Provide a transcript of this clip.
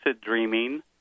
dreaming